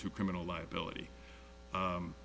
to criminal liability